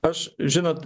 aš žinot